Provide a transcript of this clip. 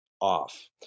off